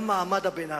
גם מעמד הביניים,